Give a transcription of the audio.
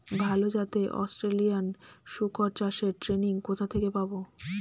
ভালো জাতে অস্ট্রেলিয়ান শুকর চাষের ট্রেনিং কোথা থেকে পাব?